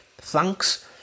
thanks